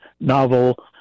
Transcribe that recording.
novel